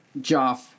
Joff